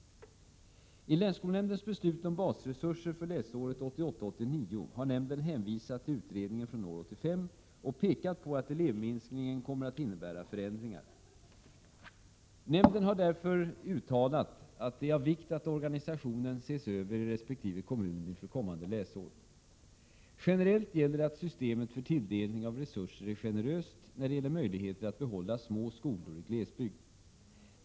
I länsskolnämndens beslut om basresurser för läsåret 1988/89 har nämnden hänvisat till utredningen från år 1985 och pekat på att elevminskningen kommer att innebära förändringar. Nämnden har därför uttalat att det är av vikt att organisationen ses över i resp. kommun inför kommande läsår. Generellt gäller att systemet för tilldelning av resurser är generöst när det gäller möjligheter att behålla små skolor i glesbygd.